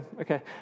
Okay